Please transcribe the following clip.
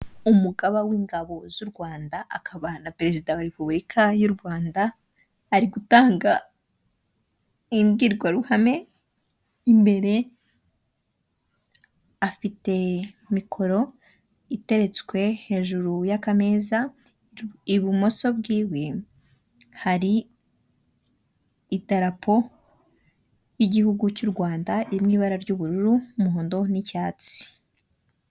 Umugaba w'ingabo z'u Rwanda akaba na perezida wa repubulika y'u Rwanda ari gutanga imbwirwaruhame imbere afite mikoro iteretswe hejuru y'akameza, ibumoso bwiwe hari idarapo ry'igihugu cy'u Rwanda riri mu ibara ry'ubururu n'umuhondo n'icyatsi.